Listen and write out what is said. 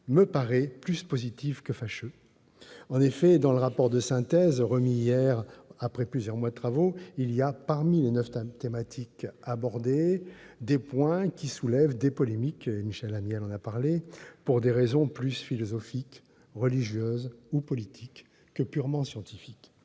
me paraît plus positif que fâcheux. En effet, dans le rapport de synthèse remis hier, après plusieurs mois de travaux, figurent, parmi les neuf thématiques abordées, divers points qui soulèvent des polémiques- Michel Amiel en a parlé -pour des raisons plus philosophiques, religieuses ou politiques que purement scientifiques.